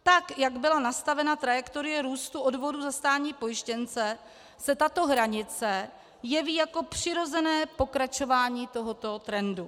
Tak jak byla nastavena trajektorie růstu odvodů za státní pojištěnce, se tato hranice jeví jako přirozené pokračování tohoto trendu.